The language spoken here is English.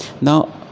Now